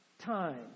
time